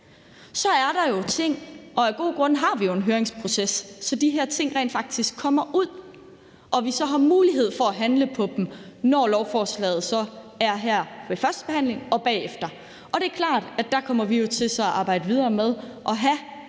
Så er der jo ting, og af gode grunde har vi jo en høringsproces, så de her ting rent faktisk kommer ud, og vi så har mulighed for at handle på dem, når lovforslaget så er her ved førstebehandlingen og bagefter. Og det er klart, at der kommer vi jo til så at arbejde videre med at have